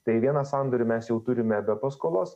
tai vieną sandorį mes jau turime be paskolos